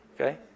Okay